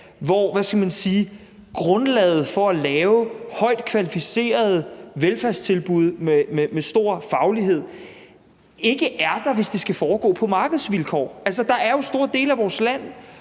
hvor grundlaget for at lave højtkvalificerede velfærdstilbud med en stor faglighed ikke er der, hvis det skal foregå på markedsvilkår. Der er jo store dele af vores land,